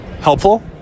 Helpful